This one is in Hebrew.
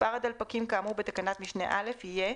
מספר הדלפקים כאמור בתקנת משנה (א) יהיה: